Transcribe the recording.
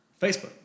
facebook